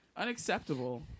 Unacceptable